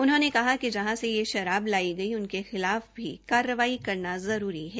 उन्होंने कहा कि जहां से यह शराब लाई गई उनके खिलाफ भी कार्रवाई करना जरूरी है